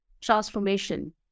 transformation